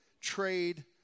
trade